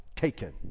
Taken